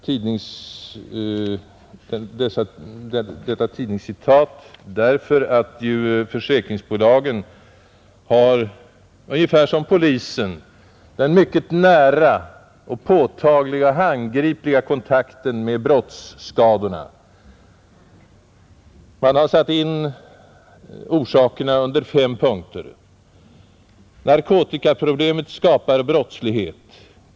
Jag väljer detta tidningscitat därför att ju försäkringsbolagen har — ungefär som polisen — den mycket nära, breda, påtagliga och handgripliga kontakten med brottsskadorna. Man har satt in orsakerna under fem punkter enligt följande. För det första: Narkotikaproblemet skapar brottslighet.